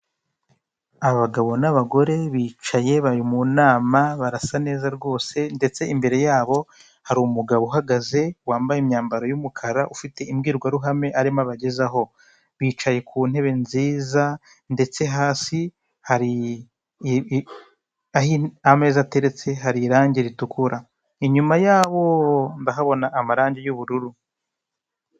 Umugabo wiyogoshesheje wazamuye akaboko, wambaye ikoti ry'ubururu n'ishati y'umukara ndetse na karuvati y'ubururu, imbere hakaba hari mikorofone, inyuma ye hakaba hari dolise y'amashokora ndetse munsi hakaba hari amagambo yandikishije inyuguti z'umweru, handitseho Dogita Utumatwishima Ja, munsi hakaba hari n'undi.